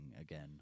again